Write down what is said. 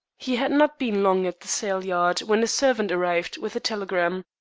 he had not been long at the sale yard when a servant arrived with a telegram.